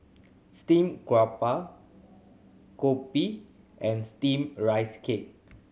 steamed garoupa kopi and Steamed Rice Cake